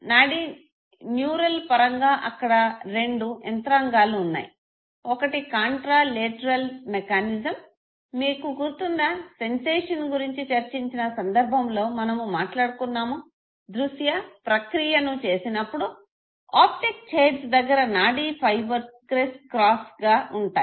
నాడీన్యూరల్ పరంగా అక్కడ రెండు యంత్రంగాలు ఉన్నాయి ఒకటి కాంట్రా లేటరల్ మెకానిజంమీకు గుర్తుందా సెన్సేషన్ గురించి చర్చించిన సందర్భంలో మనము మాట్లాడుకున్నాము దృశ్య ప్రక్రియను చేసినప్పుడు ఆప్టిక్ చైర్లో దగ్గర నాడీ ఫైబర్స్ క్రిస్ క్రాస్ గా ఉంటాయి